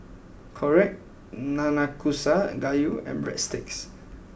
Korokke Nanakusa Gayu and Breadsticks